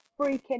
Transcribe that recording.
freaking